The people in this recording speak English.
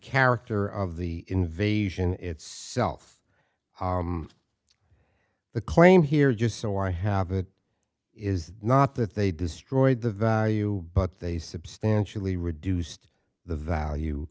character of the invasion itself the claim here just so i have it is not that they destroyed the value but they substantially reduced the value